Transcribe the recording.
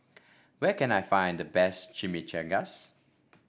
where can I find the best Chimichangas